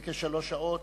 זה כשלוש שעות,